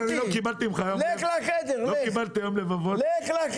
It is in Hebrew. לך לחדר, לך.